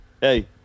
Hey